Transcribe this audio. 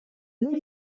this